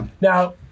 Now